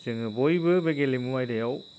जोङो बयबो बे गेलेमु आयदायाव